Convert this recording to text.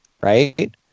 right